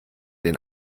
den